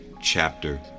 chapter